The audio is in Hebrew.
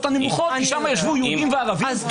הנמוכות כי שם ישבו יהודים וערבים.